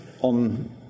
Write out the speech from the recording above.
on